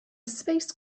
space